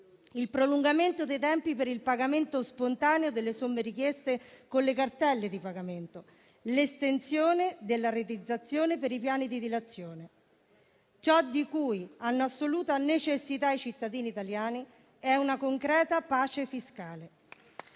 il prolungamento dei tempi per il pagamento spontaneo delle somme richieste con le cartelle di pagamento e l'estensione della rateizzazione per i piani di dilazione. Ciò di cui hanno assoluta necessità i cittadini italiani è una concreta pace fiscale